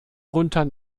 runter